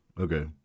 Okay